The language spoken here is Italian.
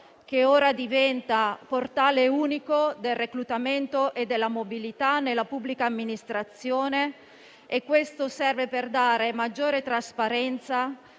che ora diventa portale unico del reclutamento e della mobilità nella pubblica amministrazione. Ciò serve a dare maggiore trasparenza,